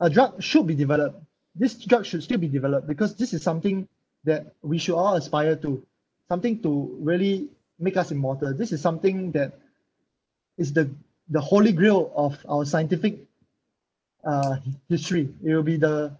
a drug should be developed this drug should still be developed because this is something that we should all aspire to something to really make us immortal this is something that is the the holy grail of our scientific uh history it will be the